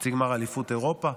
חצי גמר אליפות אירופה.